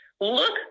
Look